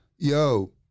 Yo